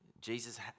Jesus